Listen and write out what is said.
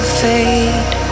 fade